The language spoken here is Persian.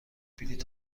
بلیط